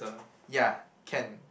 ya can